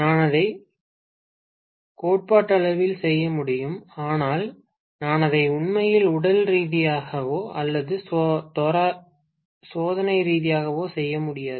நான் அதை கோட்பாட்டளவில் செய்ய முடியும் ஆனால் நான் அதை உண்மையில் உடல் ரீதியாகவோ அல்லது சோதனை ரீதியாகவோ செய்ய முடியாது